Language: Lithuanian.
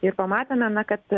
ir pamatėme na kad